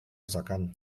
masakan